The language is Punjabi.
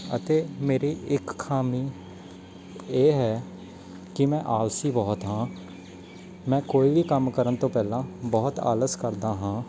ਅਤੇ ਮੇਰੀ ਇੱਕ ਖਾਮੀ ਇਹ ਹੈ ਕਿ ਮੈਂ ਆਲਸੀ ਬਹੁਤ ਹਾਂ ਮੈਂ ਕੋਈ ਵੀ ਕੰਮ ਕਰਨ ਤੋਂ ਪਹਿਲਾਂ ਬਹੁਤ ਆਲਸ ਕਰਦਾ ਹਾਂ